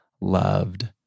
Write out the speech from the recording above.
loved